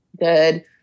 good